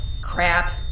Crap